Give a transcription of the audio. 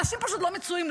אנשים פשוט לא מצויים,